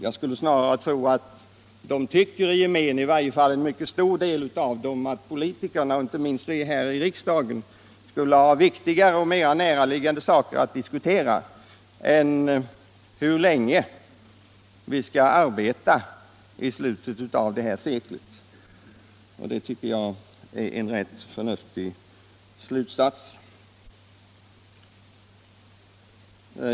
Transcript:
Jag skulle snarare tro att medborgarna i gemen — åtminstone en mycket stor del av medborgarna — tycker att politikerna och inte minst vi här i riksdagen skulle ha viktigare och mera näraliggande saker att diskutera än hur länge man skall arbeta i slutet av detta sekel. Det tycker jag är en rätt förnuftig slutsats.